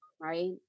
right